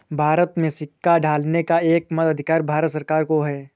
भारत में सिक्का ढालने का एकमात्र अधिकार भारत सरकार को है